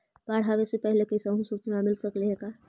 बाढ़ आवे से पहले कैसहु सुचना मिल सकले हे का?